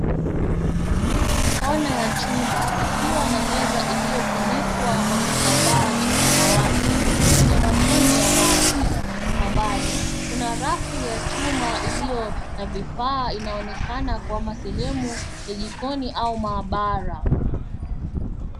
Kona ya chumba, ikiwa na meza iliyofunikwa kwa kitambaa cha samawati chenye matone ya maji. Kwa mbali, kuna rafu ya chumba iliyo na vifaa vinavyoonekana kwa zehemu ya jikoni au maabara.